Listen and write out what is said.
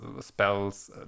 spells